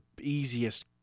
easiest